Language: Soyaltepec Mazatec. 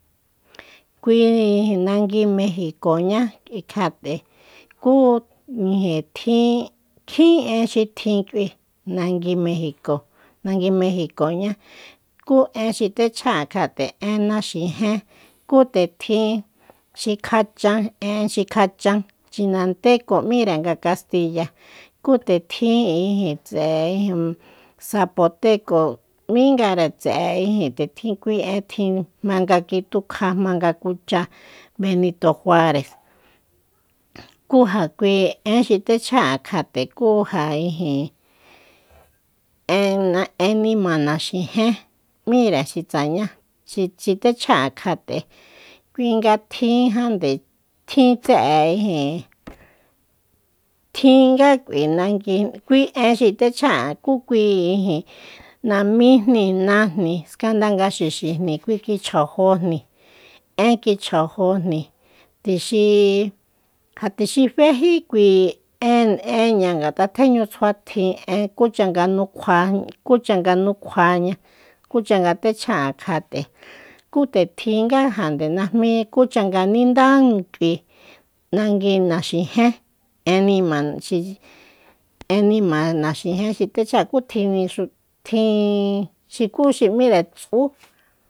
Kui nangui mejicoñá kjat'e kú ijin tjin kjin eén xi tjin k'ui nangui mejico nangui mejicoñá ku én xi techja'an kjat'e én naxijen ku te tjin xi kjachan en xi kjachan chinanteco m'íre nga castiya ku te tjin ijin tse'e ijin sapoteco m'íngare tse'e ijin te tjin kui en tjin jmanga kitukja jmanga kucha benito juare kui ja kui én xi techjá'an kjat'e ijin én nima naaxijen m'íre xi tsañá xi te chja'an kjat'e kui nga tjin jande tjin tse'e ijin tjinga k'ui nangui kui én xi techjá'an kú kui ijin namíjni nájni skanda nga xixijni kui kichjajójni én kichjajójni tuxi ja tuxi féji kui én énña ngat'a tjéñu tsjuatjin en kucha nga nukjua kúcha nga nukjuaña kucha nga téchja'an kjat'e kú te tjinga jande najmí kucha nga ninda k'ui nangui naxijen én nima xi én nima naxijen xi te chjáa kú tjin xi xukú xi m'íre tsú